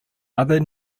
other